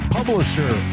publisher